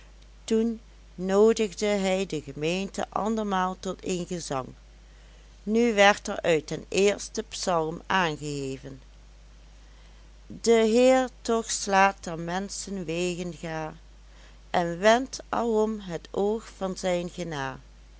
toen noodigde hij de gemeente andermaal tot een gezang en nu werd er uit den eersten psalm aangeheven de heer toch slaat der menschen wegen ga en wendt alom het oog van zijn gena